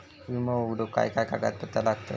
विमो उघडूक काय काय कागदपत्र लागतत?